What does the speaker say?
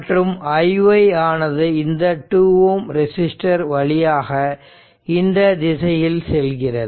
மற்றும் iy ஆனது இந்த 2 Ω ரெசிஸ்டர் வழியாக இந்த திசையில் செல்கிறது